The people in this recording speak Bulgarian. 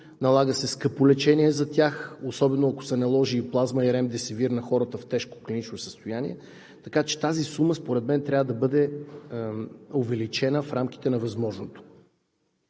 налага се скъпо лечение за тях, особено ако се наложи плазма и ремдесивир на хората в тежко клинично състояние. Така че тази сума според мен трябва да бъде увеличена в рамките на възможното.